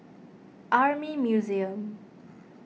Army Museum